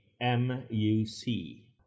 M-U-C